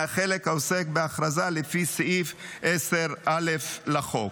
מהחלק העוסק בהכרזה לפי סעיף 10א לחוק,